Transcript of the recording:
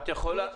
את יכולה.